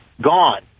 gone